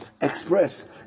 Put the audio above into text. express